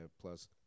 plus